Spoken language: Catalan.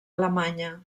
alemanya